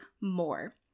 more